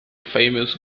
famous